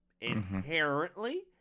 inherently